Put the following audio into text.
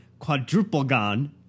quadruplegon